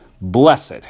Blessed